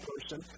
person